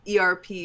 ERP